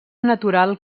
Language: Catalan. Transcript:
natural